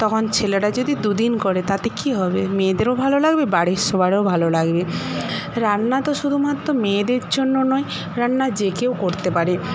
তখন ছেলেরা যদি দুদিন করে তাতে কি হবে মেয়েদেরও ভালো লাগবে বাড়ির সবারও ভালো লাগবে রান্না তো শুধুমাত্র মেয়েদের জন্য নয় রান্না যে কেও করতে পারে